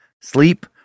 Sleep